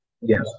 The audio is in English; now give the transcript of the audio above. Yes